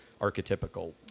archetypical